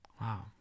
Wow